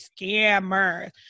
scammers